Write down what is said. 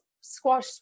squash